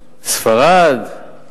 ספרד.